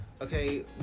okay